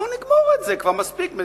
בואו נגמור את זה כבר, מספיק.